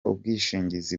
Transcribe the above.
ubwishingizi